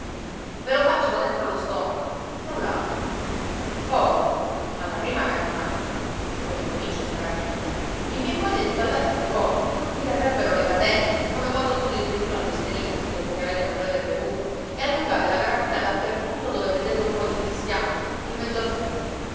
ve lo facciano dentro lo stomaco null'altro poi alla prima cannonata e come incomincia il parapiglia vi vien voglia di ballare anche voi che non vi terrebbero le catene come quando suona il violino all'osteria dopo che avete mangiato e bevuto e allungate la carabina dappertutto dove vedete un po di cristiano in mezzo al fumo